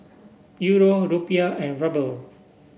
Euro Rupiah and Ruble